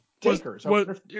takers